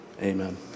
amen